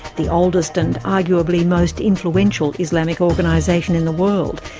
the oldest and arguably most influential islamic organisation in the world,